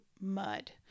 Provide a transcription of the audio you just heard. mud